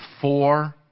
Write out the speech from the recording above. four